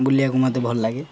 ବୁଲିବାକୁ ମତେ ଭଲ ଲାଗେ